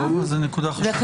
זו נקודה חשובה.